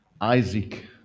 Isaac